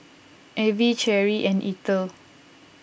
Evie Cherrie and Eithel